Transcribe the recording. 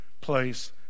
place